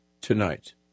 tonight